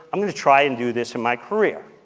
i'm going to try and do this in my career.